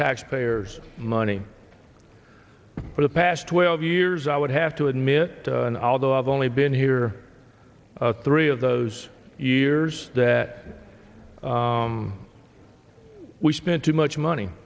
taxpayers money for the past twelve years i would have to admit and although i've only been here three of those years that we spent too much money